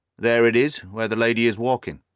there it is, where the lady is walking.